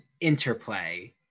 interplay